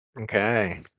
Okay